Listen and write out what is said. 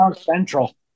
Central